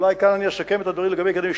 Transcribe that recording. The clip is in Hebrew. אולי כאן אני אסכם את הדברים לגבי קדימה,